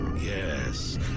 Yes